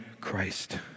Christ